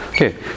Okay